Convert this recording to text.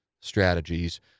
Strategies